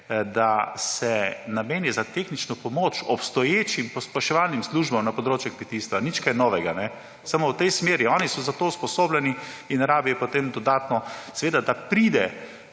da se nameni za tehnično pomoč obstoječim pospeševalnim službam na področju kmetijstva. Nič kaj novega, samo v tej smeri. Oni so za to usposobljeni in ne rabijo potem dodatno. Seveda, da pride